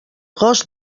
gos